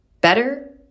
Better